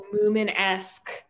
Moomin-esque